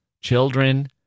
children